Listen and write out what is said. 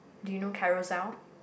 do you know Carousel